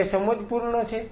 તે સમજપૂર્ણ છે